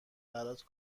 برات